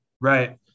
Right